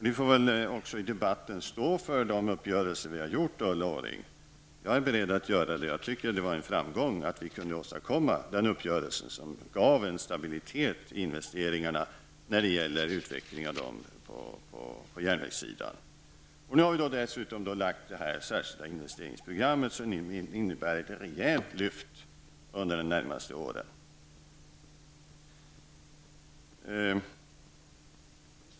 Vi får väl i debatten också stå för de uppgörelser vi har gjort, Ulla Orring. Jag är beredd att göra det. Jag tycker att det var en framgång att vi kunde träffa en uppgörelse som gav en stabilitet i investeringarna när det gäller utvecklingen på järnvägssidan. Vi har nu dessutom lagt fram detta särskilda investeringsprogram, som innebär ett rejält lyft under de närmaste åren.